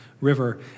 river